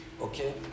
Okay